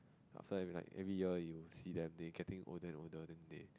also like every year you see them they getting older and older like that